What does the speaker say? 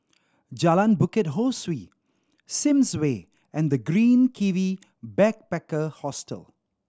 Jalan Bukit Ho Swee Sims Way and The Green Kiwi Backpacker Hostel